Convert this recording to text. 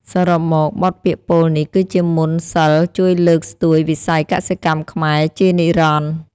សរុបមក បទពាក្យពោលនេះគឺជាមន្តសីលជួយលើកស្ទួយវិស័យកសិកម្មខ្មែរជានិរន្តរ៍។